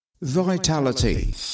Vitality